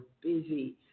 busy